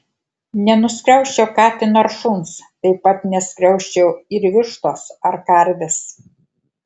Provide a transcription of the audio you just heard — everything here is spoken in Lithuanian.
nenuskriausčiau katino ar šuns taip pat neskriausčiau ir vištos ar karvės